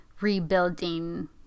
rebuilding